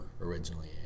originally